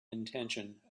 intention